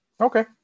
Okay